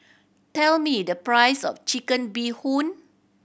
tell me the price of Chicken Bee Hoon